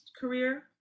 career